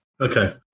Okay